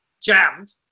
jammed